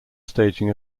staging